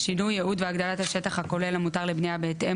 שינוי ייעוד והגדלת השטח הכולל המותר לבנייה בהתאם